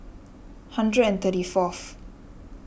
hundred and thirty fourth